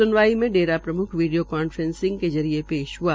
सुनवार मे डेरा प्रमुख video conferencing के जरिये पेश हआ